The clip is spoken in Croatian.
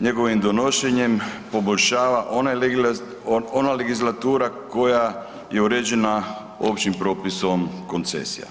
njegovim donošenjem poboljšava onaj legislatura koja je uređena općim propisom koncesija.